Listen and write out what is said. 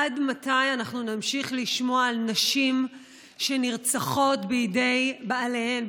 עד מתי אנחנו נמשיך לשמוע על נשים שנרצחות בידי בעליהן,